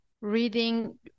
reading